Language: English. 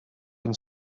been